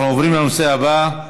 אנחנו עוברים לנושא הבא: